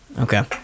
Okay